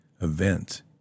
event